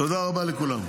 תודה רבה לכולם.